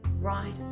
right